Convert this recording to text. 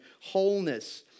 wholeness